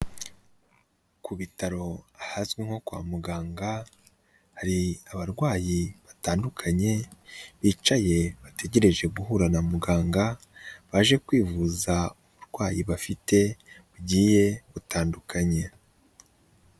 Ku bitaro ahazwi nko kwa muganga, hari abarwayi batandukanye bicaye bategereje guhura na muganga, baje kwivuza uburwayi bafite bugiye butandukanye.